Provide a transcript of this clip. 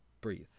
Breathe